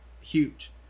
huge